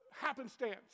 happenstance